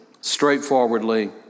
straightforwardly